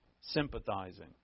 sympathizing